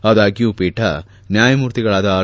ಆದಾಗ್ಡ್ ಪೀಠ ನ್ಯಾಯಮೂರ್ತಿಗಳಾದ ಆರ್